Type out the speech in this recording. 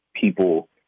people